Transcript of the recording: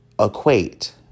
Equate